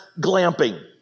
glamping